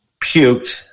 puked